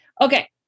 Okay